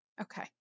Okay